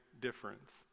difference